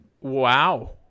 Wow